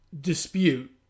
dispute